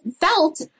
felt